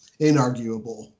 inarguable